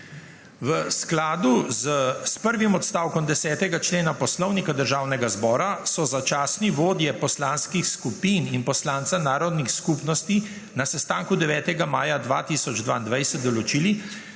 V skladu s prvim odstavkom 10. člena Poslovnika Državnega zbora so začasni vodje poslanskih skupin in poslanca narodnih skupnosti na sestanku 9. maja 2022 določili,